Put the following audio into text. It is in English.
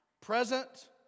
present